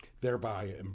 Thereby